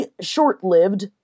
short-lived